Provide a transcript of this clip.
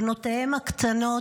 בנותיהם הקטנות,